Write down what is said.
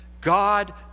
God